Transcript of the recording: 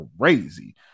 crazy